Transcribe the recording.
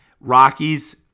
Rockies